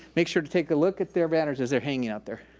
make sure to take a look at their banners as they're hanging out there.